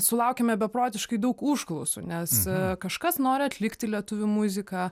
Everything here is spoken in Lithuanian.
sulaukiame beprotiškai daug užklausų nes kažkas nori atlikti lietuvių muziką